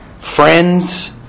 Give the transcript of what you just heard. friends